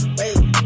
Wait